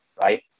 Right